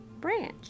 branch